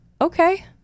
Okay